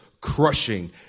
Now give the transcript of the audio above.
crushing